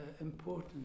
important